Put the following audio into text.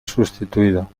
sustituido